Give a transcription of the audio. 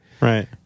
Right